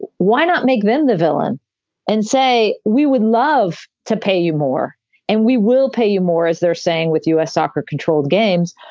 why not make them the villain and say, we would love to pay you more and we will pay you more, as they're saying, with u s. soccer controlled games.